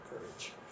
courage